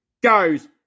goes